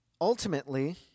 ultimately